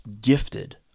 gifted